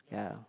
ya